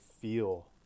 feel